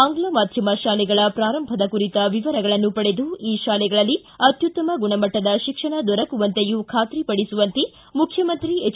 ಆಂಗ್ಲ ಮಾಧ್ಯಮ ಶಾಲೆಗಳ ಪ್ರಾರಂಭದ ಕುರಿತ ವಿವರಗಳನ್ನು ಪಡೆದು ಈ ಶಾಲೆಗಳಲ್ಲಿ ಅತ್ಯುತ್ತಮ ಗುಣಮಟ್ಟದ ಶಿಕ್ಷಣ ದೊರಕುವಂತೆಯೂ ಖಾತರಿ ಪಡಿಸುವಂತೆ ಮುಖ್ಯಮಂತ್ರಿ ಎಚ್